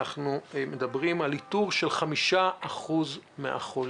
אנחנו מדברים על איתור של 5% מהחולים.